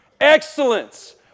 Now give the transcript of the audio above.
excellence